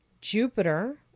Jupiter